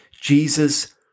Jesus